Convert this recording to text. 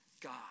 God